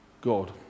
God